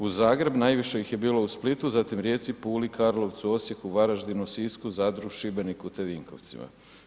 Uz Zagreb, najviše ih je bilo u Splitu, zatim Rijeci, Puli, Karlovcu, Osijeku, Varaždinu, Sisku, Zadru, Šibeniku te Vinkovcima.